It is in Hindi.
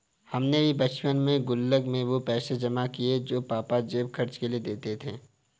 हमने भी बचपन में गुल्लक में वो पैसे जमा किये हैं जो पापा जेब खर्च के लिए देते थे